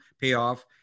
payoff